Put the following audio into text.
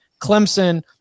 Clemson